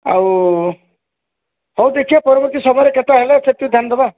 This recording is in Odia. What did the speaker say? ଆଉ ହଉ ଦେଖିବା ପରବର୍ତ୍ତୀ ସମୟରେ କେତେ ହେଲେ ଧ୍ୟାନଦେବା